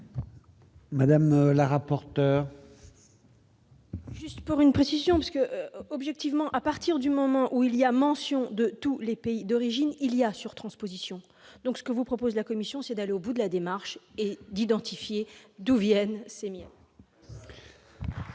Mme la rapporteur. J'apporterai juste une précision. Objectivement, à partir du moment où il y a mention de tous les pays d'origine, il y a surtransposition. Ce que propose la commission, c'est d'aller au bout de la démarche et d'identifier d'où viennent ces miels.